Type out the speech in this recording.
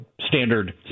standard